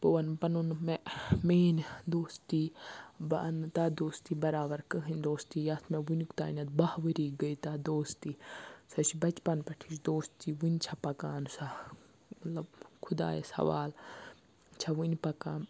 بہٕ وَنہٕ پَنُن مےٚ میٲنۍ دوستی بہٕ اَننہٕ تَتھ دوستی برابَر کٔہٕنۍ دوستی یَتھ مےٚ وٕنیُک تانٮ۪تھ بہہ ؤری گٔے تَتھ دوستی سۄ چھِ بَچپَن پٮ۪ٹٕھچ دوستی وٕنہِ چھےٚ پَکان سۄ مطلب خۄدایَس حوالہٕ چھےٚ وٕنہِ پَکان